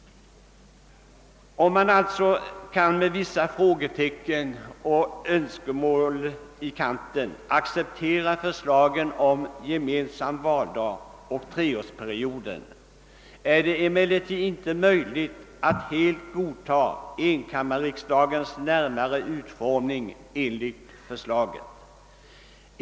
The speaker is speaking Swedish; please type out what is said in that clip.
Om jag sålunda med vissa frågetecken och önskemål i kanten kan acceptera förslaget om gemensam valdag och treåriga mandatperioder, är det däremot inte möjligt att helt godta enkammarriksdagens närmare utformning enligt förslaget.